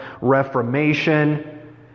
reformation